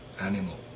animal